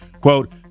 quote